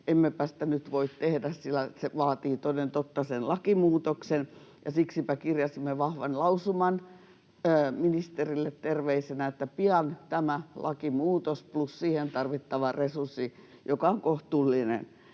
emmepä sitä nyt voi tehdä, sillä se vaatii toden totta sen lakimuutoksen, ja siksipä kirjasimme vahvan lausuman ministerille terveisenä, että pian tämä lakimuutos plus siihen tarvittava resurssi — joka on kohtuullisen